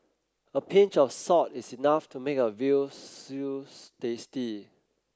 a pinch of salt is enough to make a veal stews tasty